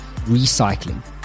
recycling